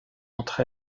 entre